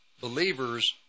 believers